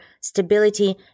stability